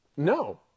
No